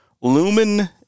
Lumen